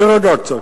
תירגע קצת.